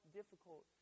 difficult